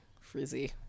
frizzy